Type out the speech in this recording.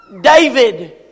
David